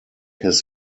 his